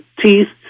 teeth